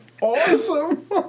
awesome